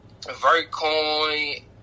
Vertcoin